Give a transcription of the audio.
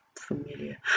familiar